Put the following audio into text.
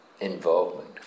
involvement